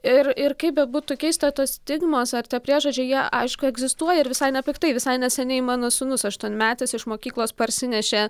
ir ir kaip bebūtų keista tos stigmos ar tie priežodžiai jie aišku egzistuoja ir visai nepiktai visai neseniai mano sūnus aštuonmetis iš mokyklos parsinešė